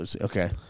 okay